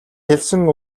хэлсэн